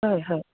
হয় হয়